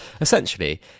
essentially